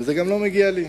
וזה גם לא מגיע לי,